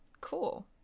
Cool